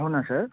అవునా సార్